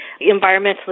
environmentally